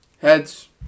Heads